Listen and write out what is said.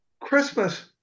Christmas